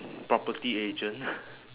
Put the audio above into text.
property agent